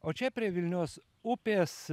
o čia prie vilnios upės